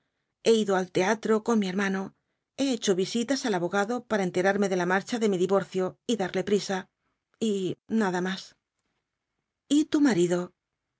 he ido al teatro con mi hermano he hecho visitas al abogado para enterarme de la marcha de mi divorcio y darle prisa y nada más y tu marido